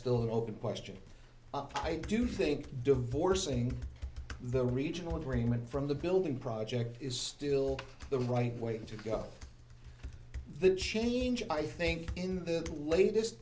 the open question i do think divorcing the regional agreement from the building project is still the right way to go the change i think in the latest